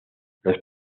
los